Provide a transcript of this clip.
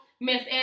Miss